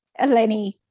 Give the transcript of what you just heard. Eleni